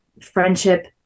friendship